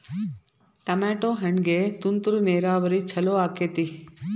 Tomato ಹಣ್ಣಿಗೆ ತುಂತುರು ನೇರಾವರಿ ಛಲೋ ಆಕ್ಕೆತಿ?